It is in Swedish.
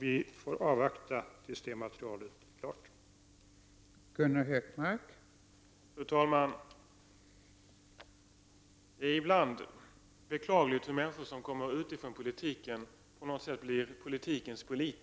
Vi får avvakta tills det materialet är framtaget.